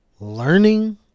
Learning